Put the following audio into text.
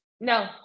No